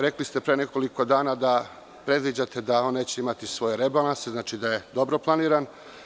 Rekli ste pre nekoliko dana da predviđate da on neće imati svoje rebalanse, znači da je dobro planiran.